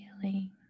feeling